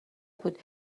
بود